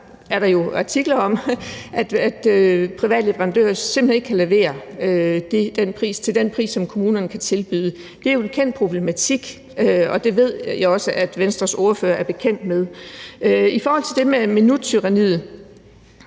også artikler om, at private leverandører simpelt hen ikke kan levere det til den pris, som kommunerne kan tilbyde. Det er jo en kendt problematik, og det ved jeg også at Venstres ordfører er bekendt med. I forhold til det med minuttyranniet